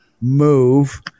move